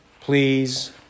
please